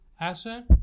asset